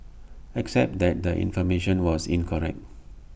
except that the information was incorrect